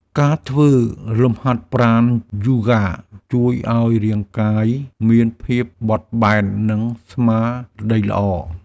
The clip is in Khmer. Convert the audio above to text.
ការធ្វើលំហាត់ប្រាណយូហ្គា ជួយឱ្យរាងកាយមានភាពបត់បែន និងស្មារតីល្អ។